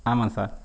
ஆமாம் சார்